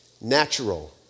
natural